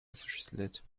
осуществлять